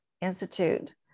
Institute